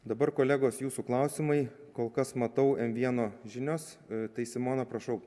dabar kolegos jūsų klausimai kol kas matau m vieno žinios tai simona prašau